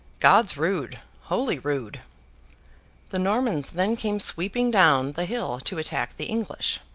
god's rood! holy rood the normans then came sweeping down the hill to attack the english.